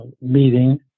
meeting